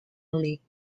league